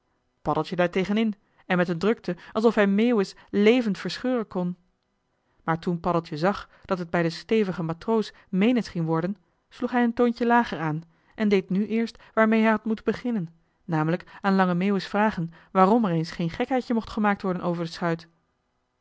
paddeltje daartegen in en met een drukte alsof hij meeuwis levend verscheuren kon maar toen paddeltje zag dat het bij den stevigen matroos meenens ging worden sloeg hij een toontje lager aan en deed nu eerst waarmee hij had moeten beginnen namelijk aan lange meeuwis vragen waarom er eens geen gekheidje mocht gemaakt worden over de schuit